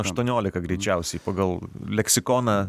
aštuoniolika greičiausiai pagal leksikoną